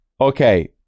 Okay